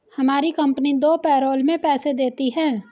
हमारी कंपनी दो पैरोल में पैसे देती है